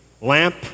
lamp